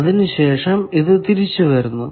അതിനു ശേഷം ഇത് തിരിച്ചു വരുന്നു